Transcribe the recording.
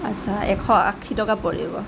আচ্ছা এশ আশী টকা পৰিব